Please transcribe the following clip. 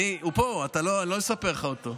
הוא פה, אני לא אספר לך אותו.